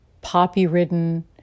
poppy-ridden